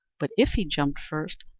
but if he jumped first,